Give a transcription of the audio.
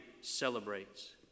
celebrates